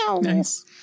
Nice